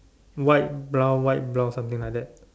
white brown white brown something like that